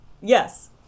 yes